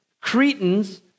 Cretans